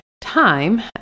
time